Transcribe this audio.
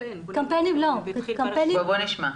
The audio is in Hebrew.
היא אמרה שיש קמפיין והתחיל ברשויות --- בואי נשמע.